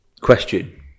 question